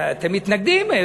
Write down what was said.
אתם מתנגדים,